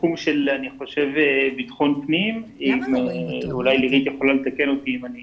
לתחום של ביטחון פנים ואולי יתקנו אותי אם אני